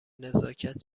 نزاکت